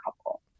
couple